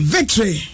Victory